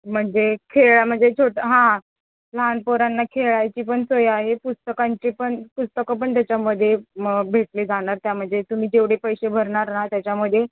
म्हणजे खेळ म्हणजे छोटं हां लहान पोरांना खेळायची पण सोय आहे पुस्तकांची पण पुस्तकं पण त्याच्यामध्ये मग भेटली जाणार त्यामध्ये तुम्ही जेवढे पैसे भरणार ना त्याच्यामध्ये